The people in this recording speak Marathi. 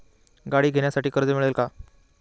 गाडी घेण्यासाठी कर्ज मिळेल का?